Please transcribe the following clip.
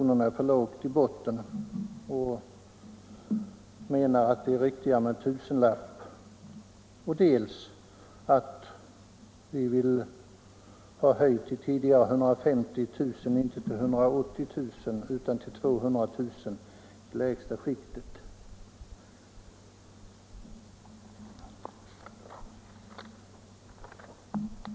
i botten är för lågt — det vore riktigare med en tusenlapp — och vi vill ha gränsen höjd från tidigare 150 000, inte till 180 000, utan till 200 000 kr. i de lägsta skikten.